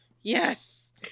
yes